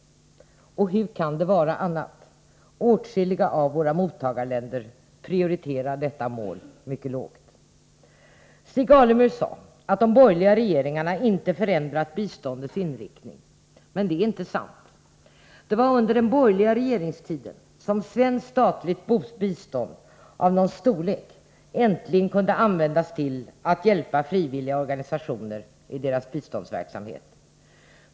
Och hur kan det vara annat? Åtskilliga av våra mottagarländer prioriterar detta mål mycket lågt. Stig Alemyr sade att de borgerliga regeringarna inte förändrat biståndets inriktning, men det är inte sant. Det var under den borgerliga regeringstiden som svenskt statligt bistånd av någon nämnvärd storlek äntligen kunde användas till att hjälpa frivilliga organisationer i deras biståndsverksamhet.